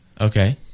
Okay